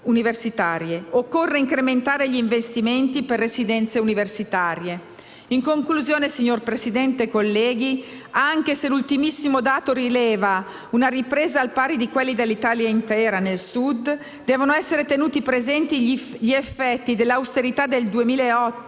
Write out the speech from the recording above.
Occorre incrementare gli investimenti per residenze universitarie. Signor Presidente, colleghi, anche se l'ultimissimo dato rileva nel Sud una ripresa al pari di quella dell'Italia intera, devono essere tenuti presenti gli effetti dell'austerità dal 2008,